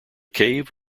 cave